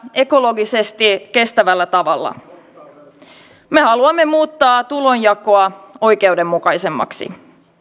ekologisesti kestävällä tavalla me haluamme muuttaa tulonjakoa oikeudenmukaisemmaksi